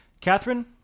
Catherine